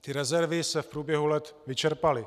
Ty rezervy se v průběhu let vyčerpaly.